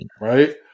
right